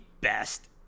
best